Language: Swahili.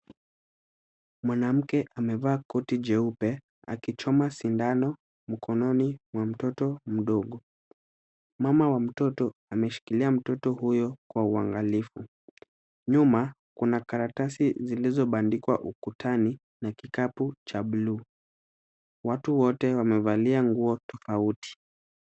Mwanamke amevaa koti jeupe akichoma sindano mkononi mwa mtoto mdogo. Mama wa mtoto ameshikilia mtoto huyo kwa uangalifu. Nyuma kuna karatasi zilizobandikwa ukutani na kikapu cha buluu. Watu wote wamevalia nguo tofauti.